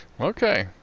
okay